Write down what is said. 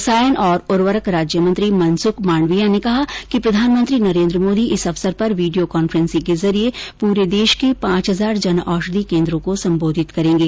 रसायन और उरर्वक राज्य मंत्री मनसुख मांडविया ने कहा कि प्रधानमंत्री नरेन्द्र मोदी इस अवसर पर वीडियो कांफ्रेंसिंग के जरिये पूरे देश के पांच हजार जन औषधि केन्द्रों को सम्बोधित करेंगे